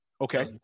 Okay